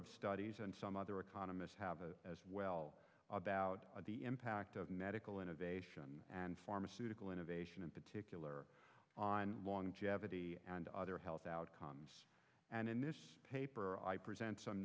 of studies and some other economists have as well about the impact of medical innovation and pharmaceutical innovation in particular on long jeopardy and other health outcomes and in this paper i present some